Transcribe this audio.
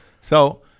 So-